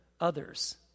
Others